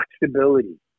flexibility